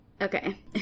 Okay